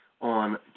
on